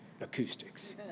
acoustics